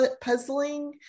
puzzling